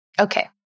Okay